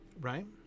right